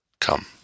Come